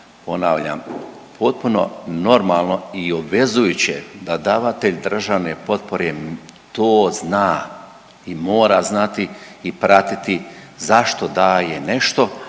ponavljam potpuno normalno i obvezujuće da davatelj državne potpore to zna i mora znati i pratiti zašto daje nešto